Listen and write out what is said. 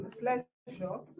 pleasure